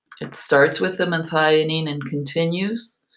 it starts with the methionine and continues.